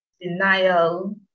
denial